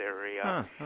area